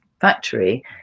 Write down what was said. factory